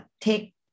take